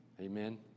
Amen